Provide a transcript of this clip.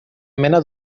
mena